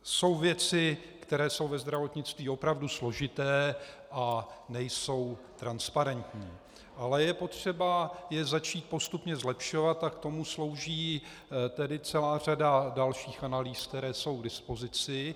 Jsou věci, které jsou ve zdravotnictví opravdu složité a nejsou transparentní, ale je potřeba je začít postupně zlepšovat a k tomu slouží celá řada dalších analýz, které jsou k dispozici.